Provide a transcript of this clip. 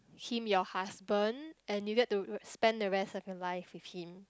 him your husband and you get to r~ spend the rest of your life with him